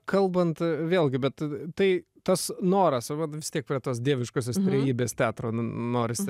kalbant vėlgi bet tai tas noras vat prie tos dieviškosios trejybės teatro norisi